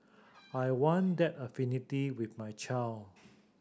I want that affinity with my child